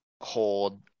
hold